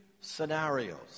scenarios